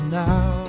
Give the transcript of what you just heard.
now